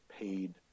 paid